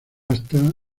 hasta